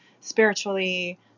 spiritually